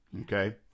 okay